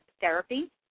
Therapy